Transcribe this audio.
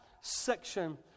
section